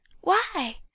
Why